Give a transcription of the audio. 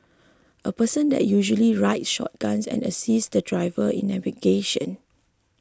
a person that usually rides shotguns and assists the driver in navigation